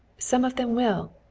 some of them will.